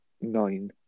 nine